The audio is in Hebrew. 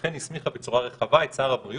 אכן הסמיכה בצורה רחבה את שר הבריאות